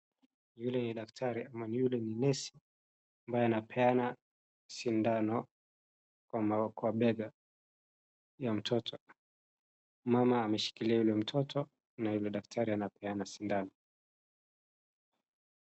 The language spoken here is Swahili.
Yule ni daktari ama yule ni nesi ambaye anapeana shindano kwa bega ya mtoto. Mama ameshikilia yule mtoto na yule daktari anapeana shindano.